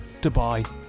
dubai